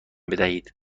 بدهید